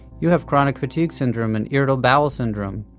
you have chronic fatigue syndrome and irritable bowel syndrome.